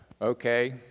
okay